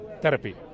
therapy